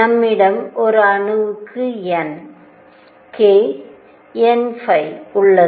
நம்மிடம் ஒரு அணுவுக்கு n k n உள்ளது